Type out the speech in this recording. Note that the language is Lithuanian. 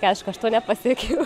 tai aišku aš to nepasiekiau